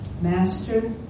Master